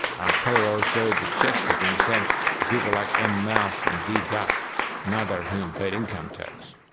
our payroll showed that cheques were being sent to people like m. mouse and d. duck neither of whom paid income tax.